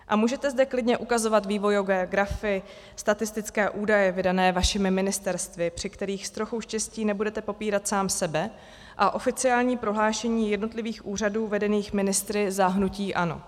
A můžete zde klidně ukazovat vývojové grafy, statistické údaje vydané vašimi ministerstvy, při kterých s trochou štěstí nebudete popírat sám sebe, a oficiální prohlášení jednotlivých úřadů vedených ministry za hnutí ANO.